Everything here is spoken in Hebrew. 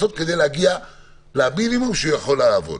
משקל לעומת